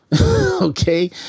Okay